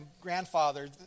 grandfather